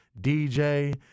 DJ